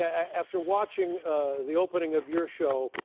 after watching the opening of your show,